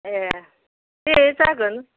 ए दे जागोन